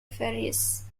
varies